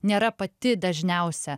nėra pati dažniausia